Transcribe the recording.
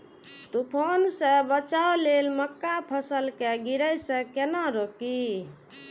तुफान से बचाव लेल मक्का फसल के गिरे से केना रोकी?